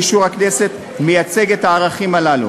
לאישור הכנסת מייצג את הערכים הללו.